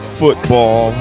football